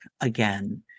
again